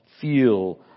feel